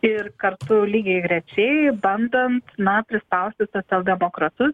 ir kartu lygiagrečiai bandant na prispausti socialdemokratus